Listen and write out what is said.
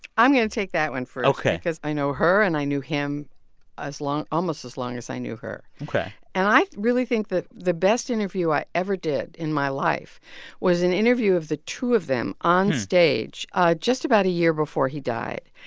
i'm going to take that one first. ok. because i know her and i knew him as long almost as long as i knew her ok and i really think that the best interview i ever did in my life was an interview of the two of them onstage just about a year before he died.